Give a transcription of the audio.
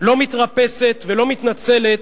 לא מתרפסת ולא מתנצלת,